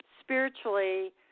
spiritually